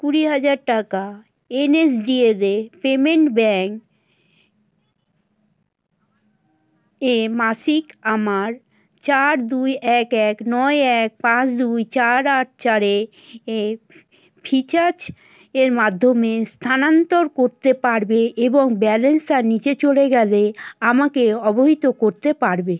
কুড়ি হাজার টাকা এনএসডিএল এ পেমেন্ট ব্যাঙ্ক এ মাসিক আমার চার দুই এক এক নয় এক পাঁচ দুই চার আট চারে এ ফ্রিচাজ এর মাধ্যমে স্থানানন্তর করতে পারবে এবং ব্যালেন্স তার নিচে চলে গেলে আমাকে অবহিত করতে পারবে